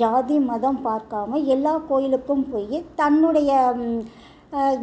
ஜாதி மதம் பார்க்காமல் எல்லாம் கோயிலுக்கும் போய் தன்னுடைய